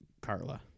Carla